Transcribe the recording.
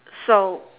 so